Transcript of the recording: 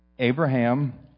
Abraham